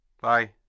bye